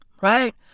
Right